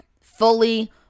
fully